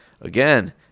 again